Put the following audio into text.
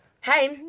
Hey